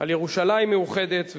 על ירושלים מאוחדת,